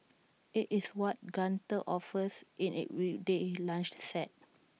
IT is what Gunther offers in its weekday lunch set